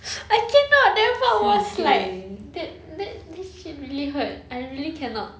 I cannot that part was like that that that shit really hurt I really cannot